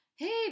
Hey